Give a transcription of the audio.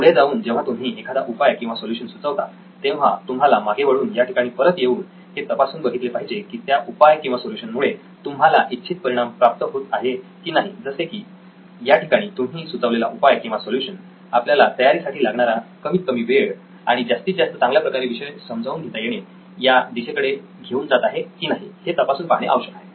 पुढे जाऊन जेव्हा तुम्ही एखादा उपाय किंवा सोलुशन सुचवता तेव्हा तुम्हाला मागे वळून या ठिकाणी परत येऊन हे तपासून बघितले पाहिजे की त्या उपाय किंवा सोल्युशन मुळे तुम्हाला इच्छित परिणाम प्राप्त होत आहे की नाही जसे की याठिकाणी तुम्ही सुचवलेला उपाय किंवा सोलुशन आपल्याला तयारी साठी लागणारा कमीत कमी वेळ आणि जास्तीत जास्त चांगल्या प्रकारे विषय समजावून घेता येणे या दिशेकडे घेऊन जात आहे की नाही हे तपासून पाहणे आवश्यक आहे